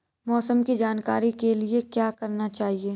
मौसम की जानकारी के लिए क्या करना चाहिए?